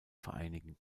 vereinigen